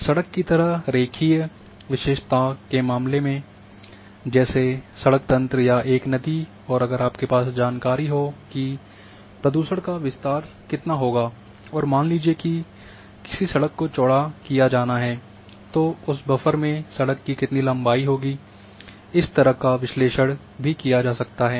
सड़क की तरह रेखीय विशेषता के मामले में जैसे सड़क तंत्र या एक नदी और अगर आपके पास जानकारी हो कि प्रदूषण का विस्तार कितना होगा और मान लीजिए कि किसी सड़क को चौड़ा किया जाता है तो उस बफर में सड़क की कितनी लंबाई होगी इस तरह का विश्लेषण भी किया जा सकता है